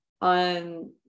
On